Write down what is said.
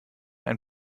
ein